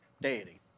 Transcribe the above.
deity